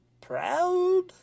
proud